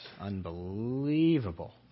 unbelievable